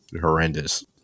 horrendous